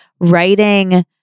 writing